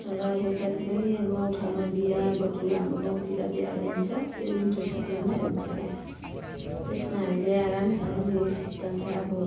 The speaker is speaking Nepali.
र अब जति पनि गाउँ ठाउँमा बिहाबटुल अब गाउँतिर बिहाहरू हुन्छ त्यो विन्टर सिजनमै हुन्छ अब त्यसमा हामीले आरामसँगले शीलत त अब